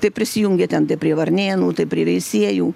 tai prisijungia ten prie varnėnų tai prie veisiejų